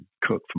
cook